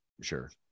Sure